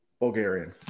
Bulgarian